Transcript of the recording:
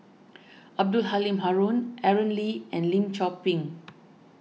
Abdul Halim Haron Aaron Lee and Lim Chor Pee